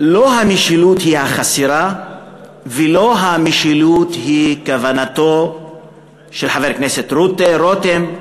לא המשילות היא החסרה ולא המשילות היא כוונתו של חבר הכנסת רותם,